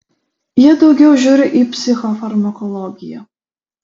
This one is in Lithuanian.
jie daugiau žiūri į psichofarmakologiją